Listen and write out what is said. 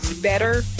better